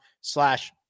slash